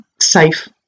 safe